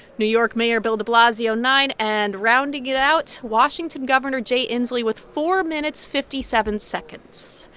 new york mayor bill de blasio nine and rounding it out washington governor jay inslee with four minutes, fifty seven seconds.